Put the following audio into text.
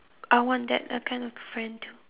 I want that uh kind of friend too